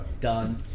Done